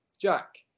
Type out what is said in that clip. Jack